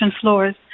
floors